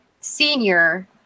senior